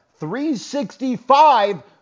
365